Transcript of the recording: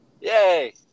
Yay